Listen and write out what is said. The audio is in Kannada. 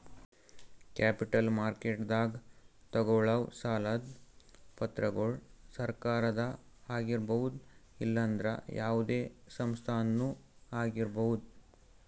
ಕ್ಯಾಪಿಟಲ್ ಮಾರ್ಕೆಟ್ದಾಗ್ ತಗೋಳವ್ ಸಾಲದ್ ಪತ್ರಗೊಳ್ ಸರಕಾರದ ಆಗಿರ್ಬಹುದ್ ಇಲ್ಲಂದ್ರ ಯಾವದೇ ಸಂಸ್ಥಾದ್ನು ಆಗಿರ್ಬಹುದ್